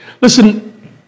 Listen